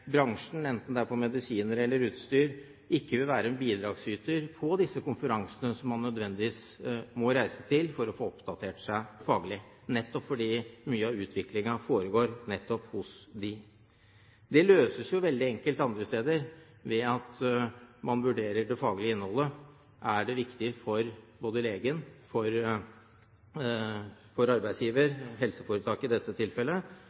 vil være en bidragsyter på disse konferansene, som man nødvendigvis må reise til for å få oppdatert seg faglig, nettopp fordi mye av utviklingen foregår hos dem. Det løses veldig enkelt andre steder ved at man vurderer det faglige innholdet; er det viktig både for legen og for arbeidsgiver – helseforetaket i dette tilfellet